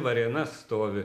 varėna stovi